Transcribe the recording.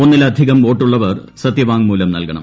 ഒന്നിലധികം വോട്ട് ഉള്ളവർ സത്യവാങ്മൂലം നൽകണം